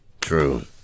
True